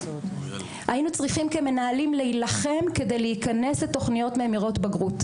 היינו צריכים כמנהלים להילחם כדי להיכנס לתוכניות ממירות בגרות.